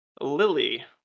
Lily